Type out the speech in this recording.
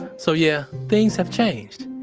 so yeah things have changed.